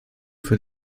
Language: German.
für